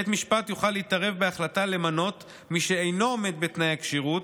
בית המשפט יוכל להתערב בהחלטה למנות מי שאינו עומד בתנאי הכשירות,